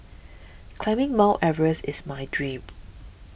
climbing Mount Everest is my dream